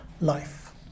life